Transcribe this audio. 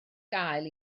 gael